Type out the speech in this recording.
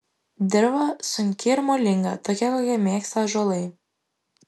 dirva sunki ir molinga tokia kokią mėgsta ąžuolai